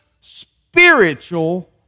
spiritual